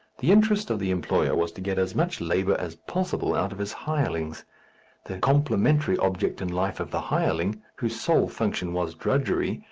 the interest of the employer was to get as much labour as possible out of his hirelings the complementary object in life of the hireling, whose sole function was drudgery,